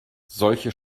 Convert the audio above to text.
solche